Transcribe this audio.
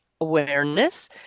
awareness